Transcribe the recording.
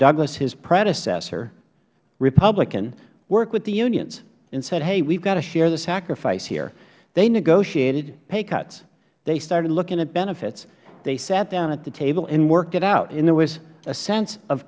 douglas his predecessor republican worked with the unions and said hey we have to share the sacrifice here they negotiated pay cuts they started looking at benefits they sat down at the table and worked it out and there was a sense of